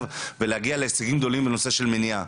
ולהגיע להישגים גדולים בנושא של מניעה.